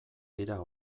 dira